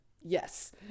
yes